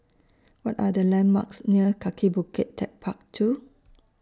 What Are The landmarks near Kaki Bukit Techpark two